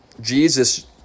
Jesus